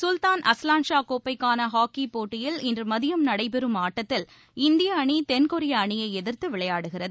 சுல்தான் Azlan Shah கோப்பைக்கானஹாக்கிபோட்டியின் இன்றுமதியம் நடைபெறும் ஆட்டத்தில் இந்திய அணி தென்கொரிய அணியை எதிர்த்துவிளையாடுகிறது